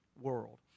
world